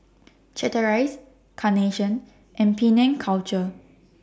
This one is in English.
Chateraise Carnation and Penang Culture